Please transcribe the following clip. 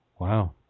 Wow